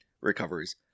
recoveries